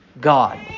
God